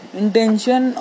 intention